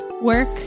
work